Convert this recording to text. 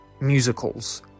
musicals